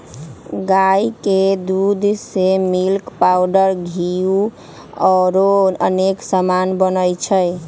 गाई के दूध से मिल्क पाउडर घीउ औरो अनेक समान बनै छइ